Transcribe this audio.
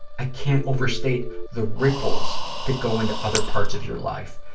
i can't overstate the ripples that go into other parts of your life,